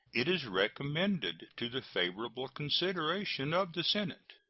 it is recommended to the favorable consideration of the senate.